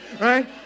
right